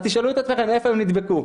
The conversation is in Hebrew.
אז תשאלו את עצמכם איפה הם נדבקו.